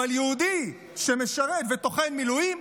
אבל יהודי שמשרת וטוחן מילואים,